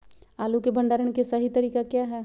आलू के भंडारण के सही तरीका क्या है?